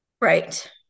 Right